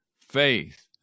faith